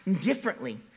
differently